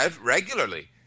regularly